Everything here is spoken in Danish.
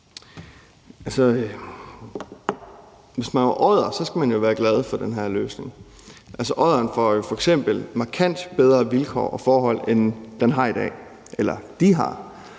Hvis man var odder, skulle man jo være glad for den her løsning. Odderne får jo f.eks. markant bedre vilkår og forhold, end de har i dag. Så jeg